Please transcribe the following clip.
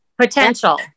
potential